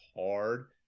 hard